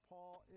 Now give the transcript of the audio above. Paul